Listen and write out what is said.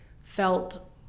felt